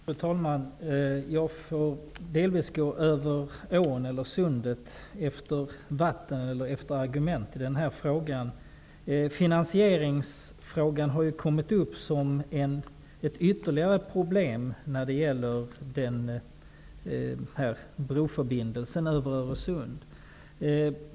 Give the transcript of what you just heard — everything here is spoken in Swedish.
Fru talman! Jag får delvis gå över ån eller över sundet efter vatten eller efter argument i den här frågan. Finansieringsfrågan har ju kommit upp som ett ytterligare problem när det gäller broförbindelsen över Öresund.